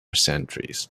centuries